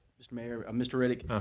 mr. mayor, um mr. riddick,